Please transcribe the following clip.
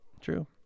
true